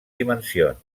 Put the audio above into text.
dimensions